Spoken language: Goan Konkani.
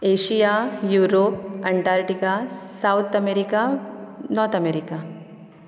Asia Europe Antarctica south America north America